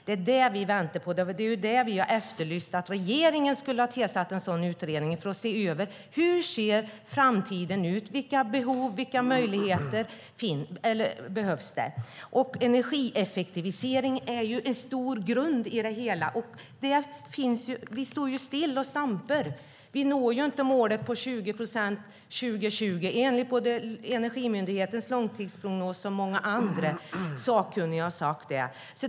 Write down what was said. Det är det som vi väntar på, och det är det som vi har efterlyst, alltså att regeringen skulle ha tillsatt en utredning för att se över hur framtiden ser ut - vilka behov och möjligheter som finns. Energieffektivisering är en stor grund i det hela. Men vi står still och stampar. Vi når inte målet på 20 procent 2020. Det framgår av Energimyndighetens långtidsprognos, och många andra sakkunniga har sagt det.